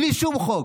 בלי שום חוק.